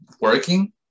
working